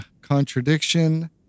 Contradiction